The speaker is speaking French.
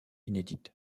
inédite